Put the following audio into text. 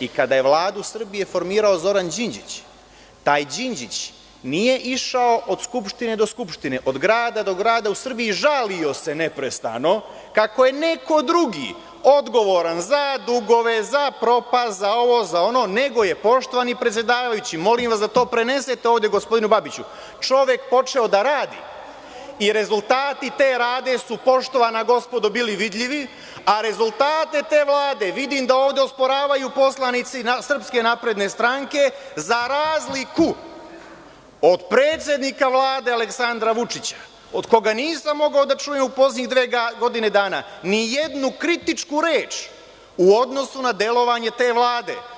i kada je Vladu Srbije formirao Zoran Đinđić, taj Đinđić nije išao od skupštine do skupštine, od grada do grada u Srbiji i neprestano se žalio kako je neko drugi odgovoran za dugove, za propast, za ovo, za ono, nego je, poštovani predsedavajući, molim vas da to prenesete gospodinu Babiću, čovek počeo da radi i rezultati te Vlade su, poštovana gospodo, bili vidljivi, a rezultate te Vlade vidim da ovde osporavaju poslanici SNS, za razliku od predsednika Vlade, Aleksandra Vučića, od koga nisam mogao da čujem u poslednjih godinu, dve dana, nijednu kritičku reč u odnosu na delovanje te Vlade.